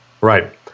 Right